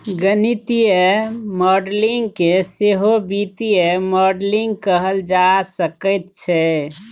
गणितीय मॉडलिंग केँ सहो वित्तीय मॉडलिंग कहल जा सकैत छै